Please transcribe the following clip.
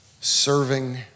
Serving